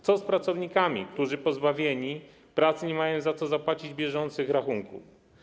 Co z pracownikami, którzy pozbawieni pracy nie mają jak zapłacić bieżących rachunków?